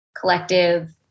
collective